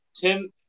Tim